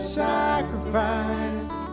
sacrifice